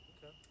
Okay